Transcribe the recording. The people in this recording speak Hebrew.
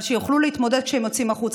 אבל שיוכלו להתמודד כשהם יוצאים החוצה.